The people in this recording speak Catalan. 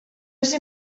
ser